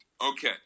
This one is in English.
Okay